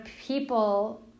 people